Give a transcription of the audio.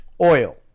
oil